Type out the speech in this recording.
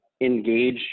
engage